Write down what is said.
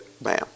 bam